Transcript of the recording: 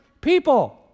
People